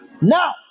Now